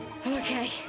Okay